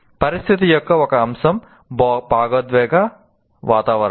పరిస్థితి యొక్క ఒక అంశం భావోద్వేగ వాతావరణం